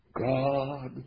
God